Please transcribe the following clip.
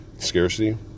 scarcity